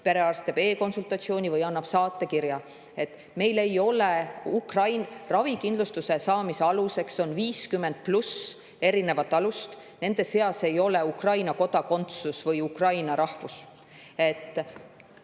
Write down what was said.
perearst teeb e-konsultatsiooni või annab saatekirja. Ravikindlustuse saamise aluseks on 50 pluss erinevat alust, nende seas ei ole Ukraina kodakondsus või ukraina rahvus. Ka